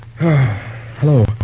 hello